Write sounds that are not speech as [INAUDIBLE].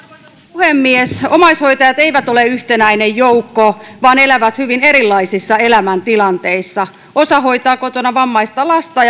puhemies omaishoitajat eivät ole yhtenäinen joukko vaan he elävät hyvin erilaisissa elämäntilanteissa osa hoitaa kotona vammaista lasta [UNINTELLIGIBLE]